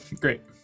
great